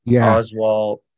Oswald